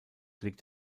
liegt